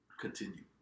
Continue